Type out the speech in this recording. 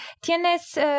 ¿tienes